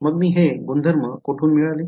मग मी हे गुणधर्म कोठून मिळाले